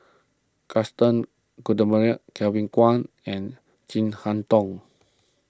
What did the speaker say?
Gaston Kevin Kwan and Chin Harn Tong